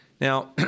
Now